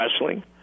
wrestling